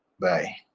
Bye